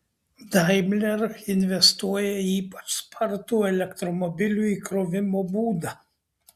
daimler investuoja į ypač spartų elektromobilių įkrovimo būdą